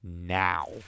Now